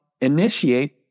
initiate